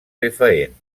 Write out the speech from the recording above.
fefaent